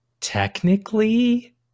technically